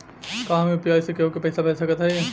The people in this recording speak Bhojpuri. का हम यू.पी.आई से केहू के पैसा भेज सकत हई?